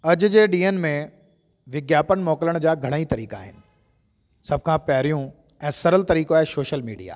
अॼु जे ॾींहंनि में विज्ञापन मोकिलण जा घणई तरीक़ा आहिनि सभु खां पहिरियूं ऐं सरल तरीक़ो आहे सोशल मीडिया